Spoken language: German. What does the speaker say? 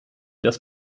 das